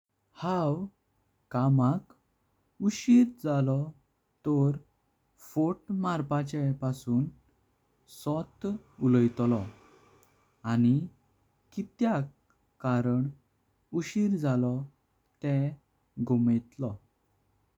हांव कामाक उशीर झालो तोर फट मार्पाचे पासून सोट। उलोटलो आनी कित्याक कारणां उशीर झालो तेह गोंमेतलो।